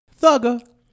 Thugger